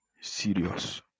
Serious